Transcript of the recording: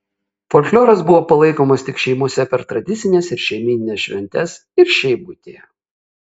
folkloras buvo palaikomas tik šeimose per tradicines ir šeimynines šventes ir šiaip buityje